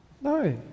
No